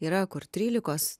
yra kur trylikos